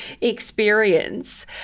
experience